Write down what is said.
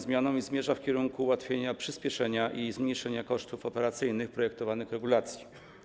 Zmierzają w kierunku ułatwienia, przyspieszenia i zmniejszenia kosztów operacyjnych projektowanych regulacji.